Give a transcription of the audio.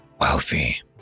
Wealthy